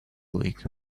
league